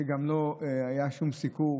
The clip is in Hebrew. שגם לא היה שום סיקור?